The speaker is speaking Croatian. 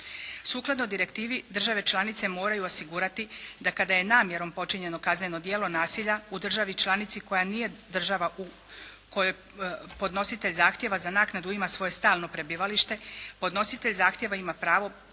Sukladno direktivi države članice moraju osigurati da kada je namjerom počinjeno kazneno djelo nasilja u državi članici koja nije država u kojoj podnositelj zahtjeva za naknadu ima svoje stalno prebivalište, podnositelj zahtjeva ima pravo